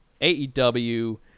AEW